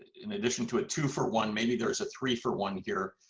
in addition to a two for one, maybe there's a three for one here.